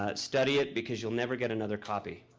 ah study it, because you'll never get another copy.